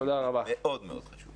מאוד מאוד חשוב.